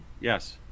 yes